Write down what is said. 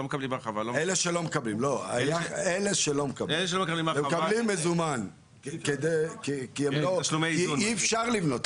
אלה שלא --- הם מקבלים מזומן כי אי-אפשר לבנות,